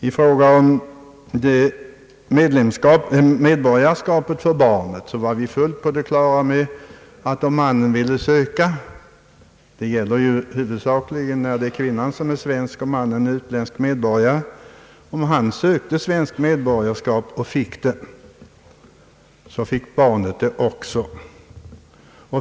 I fråga om medborgarskap för barn var vi fullt på det klara med att om mannen vill söka svenskt medborgarskap — det gäller huvudsakligen fall där kvinnan är svensk och mannen utländsk medborgare — och får svenskt medborgarskap så får även barnet svenskt medborgarskap.